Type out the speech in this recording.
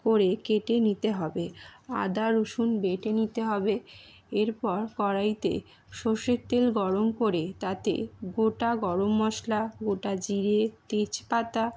করে কেটে নিতে হবে আদা রুসুন বেটে নিতে হবে এরপর কড়াইতে সরষের তেল গরম করে তাতে গোটা গরম মশলা গোটা জিরে তেজপাতা